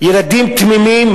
ילדים תמימים,